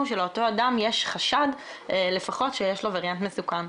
שלאותו אדם יש חשד לפחות שיש לו ווריאנט מסוכן.